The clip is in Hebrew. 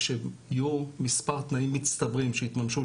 כשיהיו מספר תנאים מצטברים שיתממשו,